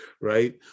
Right